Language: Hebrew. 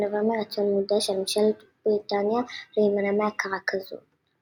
ונבעה מרצון מודע של ממשלת בריטניה להימנע מהכרה כזאת.